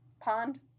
pond